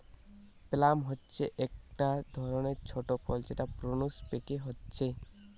plum হচ্ছে একটা ধরণের ছোট ফল যেটা প্রুনস পেকে হচ্ছে